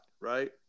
right